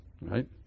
Right